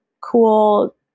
cool